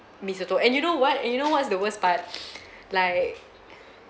mee soto and you know what and you know what's the worst part like